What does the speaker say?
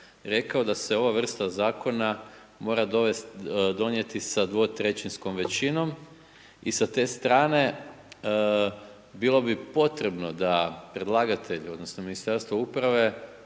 rekao da se ova vrsta Zakona mora donijeti sa 2/3 većinom i sa te strane bilo bi potrebno da predlagatelj odnosno Ministarstvo uprave,